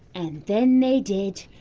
and then they did.